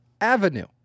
avenue